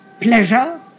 pleasure